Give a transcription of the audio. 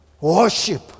Worship